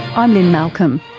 i'm lynne malcolm.